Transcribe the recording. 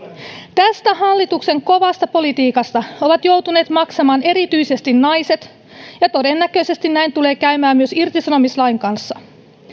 tästä hallituksen kovasta politiikasta ovat joutuneet maksamaan erityisesti naiset ja todennäköisesti näin tulee käymään myös irtisanomislain kanssa